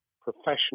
professional